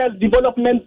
development